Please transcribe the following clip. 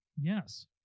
Yes